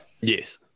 Yes